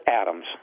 atoms